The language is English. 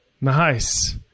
Nice